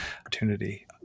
opportunity